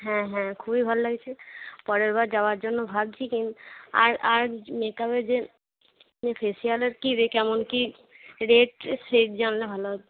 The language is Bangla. হ্যাঁ হ্যাঁ খুবই ভালো লাগছে পরের বার যাওয়ার জন্য ভাবছি কি আর আর মেকআপের যে যে ফেশিয়ালের কী রে কেমন কী রেট সেটা জানলে ভালো হতো